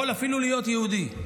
יכול אפילו להיות יהודי.